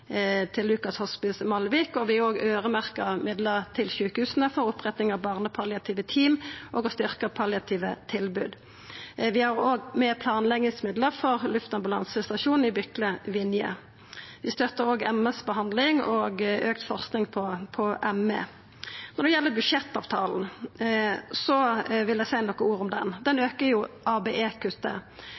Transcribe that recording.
Lukas Hospice i Malvik, og vi øyremerkjer òg midlar til sjukehusa for oppretting av barnepalliative team og for å styrkja palliative tilbod. Vi har òg med planleggingsmidlar for luftambulansestasjonen i Bykle/Vinje. Vi støttar MS-behandling og auka forsking på ME. Så vil eg seia nokre ord om budsjettavtala: Den aukar